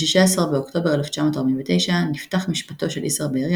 ב-16 באוקטובר 1949 נפתח משפטו של איסר בארי